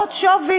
בשווי